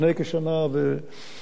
לפני יותר משנה.